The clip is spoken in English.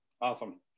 awesome